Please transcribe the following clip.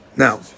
Now